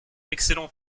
excellente